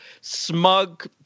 smug